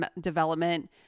development